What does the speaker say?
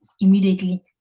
immediately